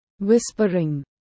Whispering